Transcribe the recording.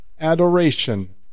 adoration